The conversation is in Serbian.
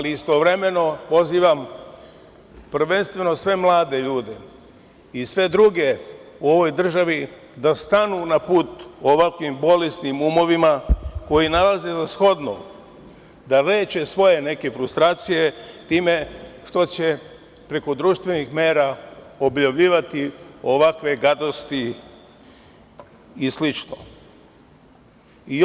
Istovremeno pozivam prvenstveno sve mlade ljude i sve druge u ovoj državi da stanu na put ovakvim bolesnim umovima koji nalaze za shodno da leče neke svoje frustracije time što će preko društvenih mreža objavljivati ovakve gadosti i slično.